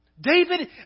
David